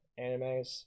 animes